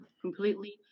completely